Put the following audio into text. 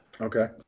Okay